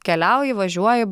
keliauji važiuoji